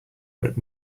but